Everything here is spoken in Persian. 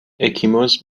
اکیموز